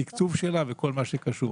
התקצוב שלה וכל מה שקשור.